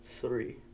three